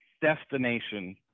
destination